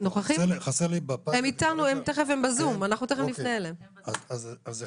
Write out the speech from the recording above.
הם אתנו בזום, תכף נפנה אליהם.